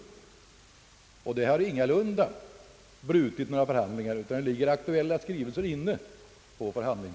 Förhandlingarna har ingalunda avbrutits utan det föreligger aktuella skrivelser i detta sammanhang.